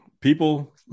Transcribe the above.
people